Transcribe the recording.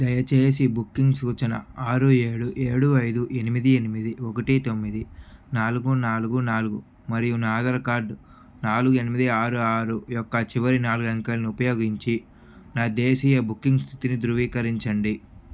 దయచేసి బుకింగ్ సూచన ఆరు ఏడు ఏడు ఐదు ఎనిమిది ఎనిమిది ఒకటి తొమ్మిది నాలుగు నాలుగు నాలుగు మరియు నా ఆధార్ కార్డ్ నాలుగు ఎనిమిది ఆరు ఆరు యొక్క చివరి నాలుగు అంకెలను ఉపయోగించి నా దేశీయ బుకింగ్ స్థితిని ధృవీకరించండి